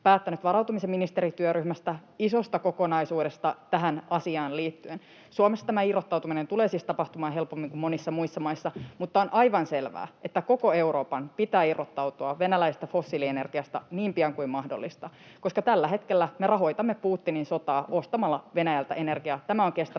päättänyt varautumisen ministerityöryhmästä, isosta kokonaisuudesta, tähän asiaan liittyen. Suomessa tämä irrottautuminen tulee siis tapahtumaan helpommin kuin monissa muissa maissa, mutta on aivan selvää, että koko Euroopan pitää irrottautua venäläisestä fossiilienergiasta niin pian kuin mahdollista, koska tällä hetkellä me rahoitamme Putinin sotaa ostamalla Venäjältä energiaa. Tämä on kestämätön